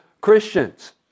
Christians